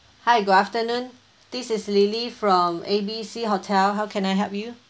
hi good afternoon this is lily from A B C hotel how can I help you